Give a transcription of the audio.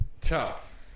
tough